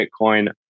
Bitcoin